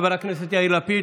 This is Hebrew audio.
חבר הכנסת יאיר לפיד.